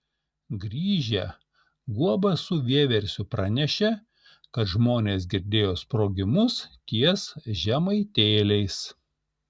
grįžę guoba su vieversiu pranešė kad žmonės girdėjo sprogimus ties žemaitėliais